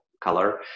color